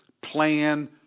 plan